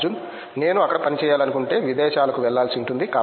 అర్జున్ నేను అక్కడ పనిచేయాలనుకుంటే విదేశాలకు వెళ్ళాల్సి ఉంటుంది